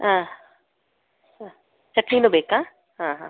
ಹಾಂ ಹಾಂ ಚಟ್ನಿನೂ ಬೇಕಾ ಹಾಂ ಹಾಂ